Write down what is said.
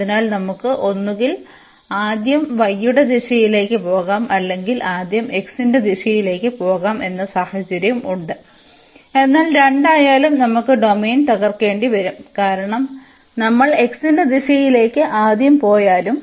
അതിനാൽ നമുക്ക് ഒന്നുകിൽ ആദ്യം y യുടെ ദിശയിലേക്ക് പോകാം അല്ലെങ്കിൽ ആദ്യം x ന്റെ ദിശയിലേക്ക് പോകാം എന്ന സാഹചര്യം ഉണ്ട് എന്നാൽ രണ്ടായാലും നമുക്ക് ഡൊമെയ്ൻ തകർക്കേണ്ടിവരും കാരണം നമ്മൾ x ന്റെ ദിശയിലേക്ക് ആദ്യം പോയാലും